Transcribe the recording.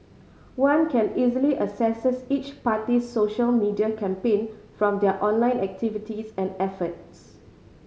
one can easily assesses each party's social media campaign from their online activities and efforts